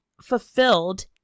fulfilled